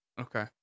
Okay